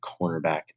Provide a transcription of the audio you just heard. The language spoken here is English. cornerback